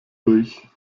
durch